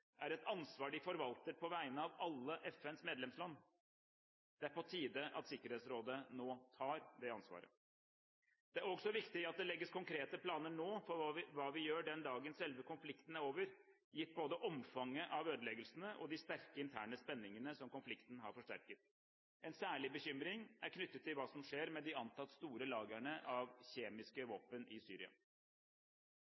er et ansvar de forvalter på vegne av alle FNs medlemsland. Det er på tide at Sikkerhetsrådet tar det ansvaret. Det er også viktig at det legges konkrete planer nå for hva vi gjør den dagen selve konflikten er over, gitt både omfanget av ødeleggelsene og de sterke interne spenningene som konflikten har forsterket. En særlig bekymring er knyttet til hva som skjer med de antatt store lagrene av kjemiske